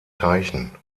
teichen